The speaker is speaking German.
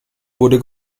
wurde